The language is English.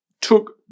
took